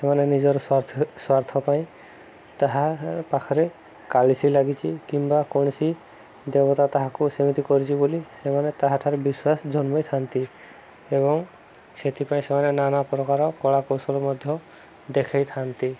ସେମାନେ ନିଜର ସ୍ଵାର୍ଥ ପାଇଁ ତାହା ପାଖରେ କାଳିସୀ ଲାଗିଛି କିମ୍ବା କୌଣସି ଦେବତା ତାହାକୁ ସେମିତି କରିଛି ବୋଲି ସେମାନେ ତାହାଠାରୁ ବିଶ୍ୱାସ ଜନ୍ମେଇଥାନ୍ତି ଏବଂ ସେଥିପାଇଁ ସେମାନେ ନାନା ପ୍ରକାର କଳା କୌଶଳ ମଧ୍ୟ ଦେଖେଇଥାନ୍ତି